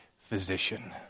physician